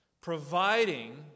providing